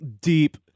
deep